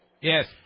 Yes